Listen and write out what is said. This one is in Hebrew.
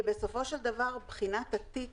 כי בסופו של דבר, בחינת התיק